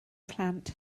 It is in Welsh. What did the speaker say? plant